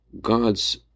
God's